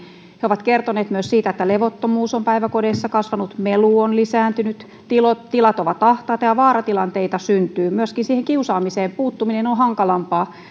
he ovat kertoneet myös siitä että levottomuus on päiväkodeissa kasvanut melu on lisääntynyt tilat tilat ovat ahtaita ja vaaratilanteita syntyy myöskin siihen kiusaamiseen puuttuminen on hankalampaa